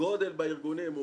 שהגודל בארגונים הוא